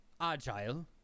agile